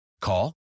Call